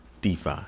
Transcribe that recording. DeFi